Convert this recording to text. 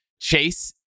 Chase